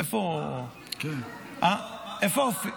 איפה אופיר?